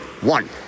One